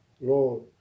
Lord